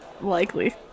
Likely